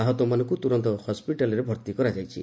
ଆହତମାନଙ୍କୁ ତୁରନ୍ତ ହସ୍କିଟାଲରେ ଭର୍ତ୍ତି କରାଯାଇଛି